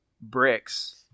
bricks